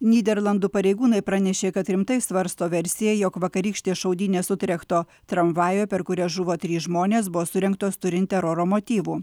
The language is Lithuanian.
nyderlandų pareigūnai pranešė kad rimtai svarsto versiją jog vakarykštės šaudynės utrechto tramvajuje per kurias žuvo trys žmonės buvo surengtos turint teroro motyvų